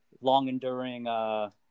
long-enduring